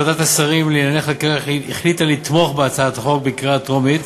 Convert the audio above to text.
ועדת השרים לענייני חקיקה החליטה לתמוך בהצעת החוק בקריאה טרומית,